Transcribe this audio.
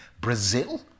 Brazil